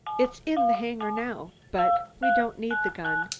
it's in the hangar now. but we don't need the gun,